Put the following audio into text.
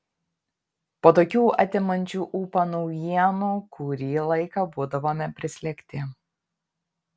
po tokių atimančių ūpą naujienų kurį laiką būdavome prislėgti